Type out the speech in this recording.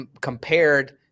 compared